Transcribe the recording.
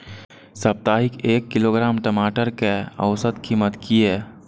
साप्ताहिक एक किलोग्राम टमाटर कै औसत कीमत किए?